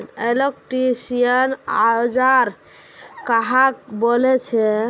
Electrician औजार कहाक बोले छे?